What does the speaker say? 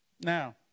Now